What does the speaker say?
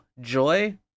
joy